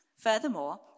Furthermore